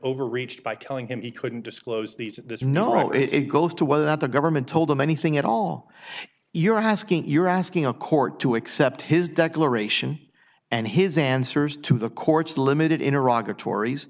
overreached by telling him he couldn't disclose these and this you know it goes to whether that the government told him anything at all you're asking you're asking a court to accept his declaration and his answers to the court's limited in iraq are tories